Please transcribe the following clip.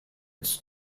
its